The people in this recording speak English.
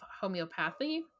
homeopathy